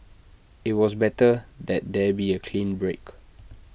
IT was better that there be A clean break